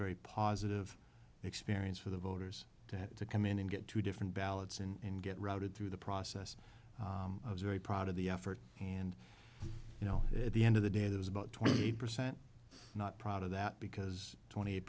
very positive experience for the voters to have to come in and get two different ballots and get routed through the process i was very proud of the effort and you know that at the end of the day that was about twenty eight percent not proud of that because twenty eight